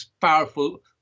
powerful